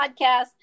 podcast